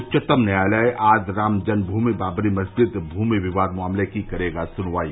उच्चतम न्यायालय आज राम जन्मभूमि बाबरी मस्जिद भूमि विवाद मामले की करेगा सुनवाई